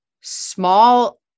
small